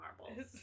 marbles